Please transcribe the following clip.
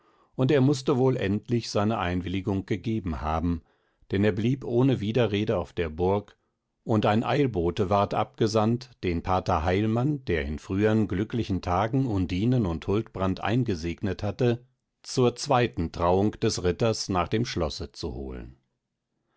und er mußte wohl endlich seine einwilligung gegeben haben denn er blieb ohne widerrede auf der burg und ein eilbote ward abgesandt den pater heilmann der in frühern glücklichen tagen undinen und huldbranden eingesegnet hatte zur zweiten trauung des ritters nach dem schlosse zu holen